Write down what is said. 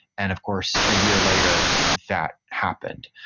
and of course, a year later that happened.